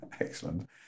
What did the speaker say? Excellent